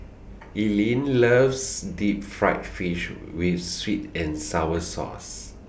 Eileen loves Deep Fried Fish with Sweet and Sour Sauce